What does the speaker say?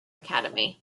academy